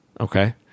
okay